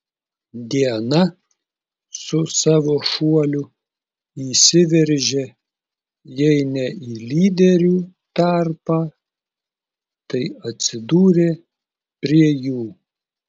diana su savo šuoliu įsiveržė jei ne į lyderių tarpą tai atsidūrė prie jų